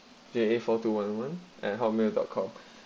there a four to one one and hotmail dot com